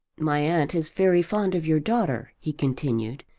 my aunt is very fond of your daughter, he continued,